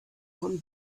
von